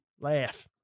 Laugh